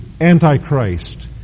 Antichrist